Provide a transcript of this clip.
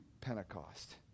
Pentecost